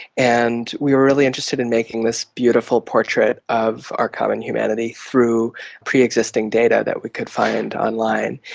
and we were really interested in making this beautiful portrait of our common humanity through pre-existing data that we could find online.